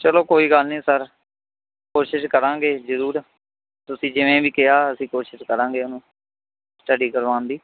ਚਲੋ ਕੋਈ ਗੱਲ ਨਹੀਂ ਸਰ ਕੋਸ਼ਿਸ਼ ਕਰਾਂਗੇ ਜ਼ਰੂਰ ਤੁਸੀਂ ਜਿਵੇਂ ਵੀ ਕਿਹਾ ਅਸੀਂ ਕੋਸ਼ਿਸ਼ ਕਰਾਂਗੇ ਉਹਨੂੰ ਸਟੱਡੀ ਕਰਵਾਉਣ ਦੀ